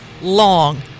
long